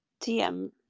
TM